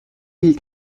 mille